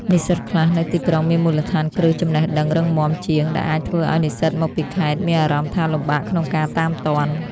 និស្សិតខ្លះនៅទីក្រុងមានមូលដ្ឋានគ្រឹះចំណេះដឹងរឹងមាំជាង ដែលអាចធ្វើឱ្យនិស្សិតមកពីខេត្តមានអារម្មណ៍ថាលំបាកក្នុងការតាមទាន់។